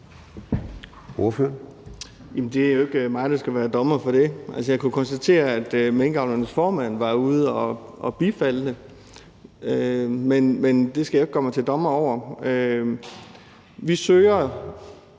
Jamen det er jo ikke mig, der skal være dommer over det. Altså, jeg kunne konstatere, at minkavlernes formand var ude at bifalde det, men det skal jeg jo ikke gøre mig til dommer over. Vi søger